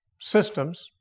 systems